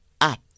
up